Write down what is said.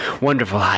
wonderful